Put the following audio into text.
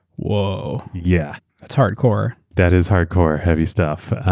whoa. yeah that's hardcore. that is hardcore, heavy stuff.